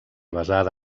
basada